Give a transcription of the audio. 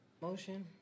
motion